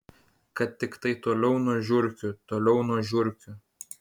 kad tiktai toliau nuo žiurkių toliau nuo žiurkių